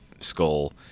skull